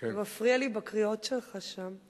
אתה מפריע לי בקריאות שלך שם,